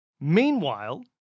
Meanwhile